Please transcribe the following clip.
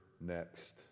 next